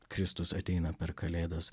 kristus ateina per kalėdas